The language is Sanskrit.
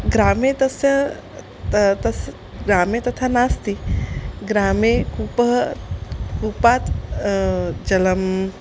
ग्रामे तस्य ता तस् ग्रामे तथा नास्ति ग्रामे कूपः कूपात् जलम्